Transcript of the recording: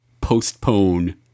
Postpone